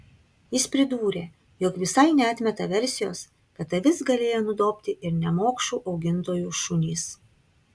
jis pridūrė jog visai neatmeta versijos kad avis galėjo nudobti ir nemokšų augintojų šunys